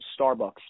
Starbucks